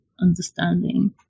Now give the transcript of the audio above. understanding